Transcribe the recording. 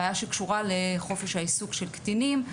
בעיה שקשורה לחופש העיסוק של קטינים,